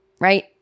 right